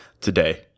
today